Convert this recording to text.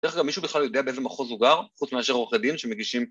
‫דרך אגב, מישהו בכלל יודע ‫באיזה מחוז הוא גר, ‫חוץ מאשר עורכי דין שמגישים...